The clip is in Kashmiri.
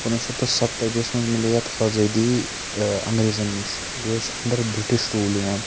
کُنوُہ شٮ۪تھ تہٕ ستہٕ تٲجیَس منٛز میلے اَتھ آزٲدی ٲں انگریٚزَن نِش یہِ اوس انٛڈَر بِرٛٹِش روٗل یِوان